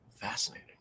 Fascinating